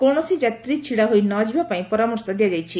କୌଣସି ଯାତ୍ରୀ ଛିଡ଼ା ହୋଇ ନ ଯିବା ପାଇଁ ପରାମର୍ଶ ଦିଆଯାଇଛି